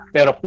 Pero